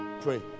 pray